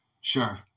Sure